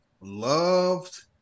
loved